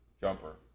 Jumper